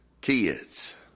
kids